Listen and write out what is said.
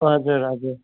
हजुर हजुर